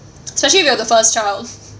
so actually we are the first child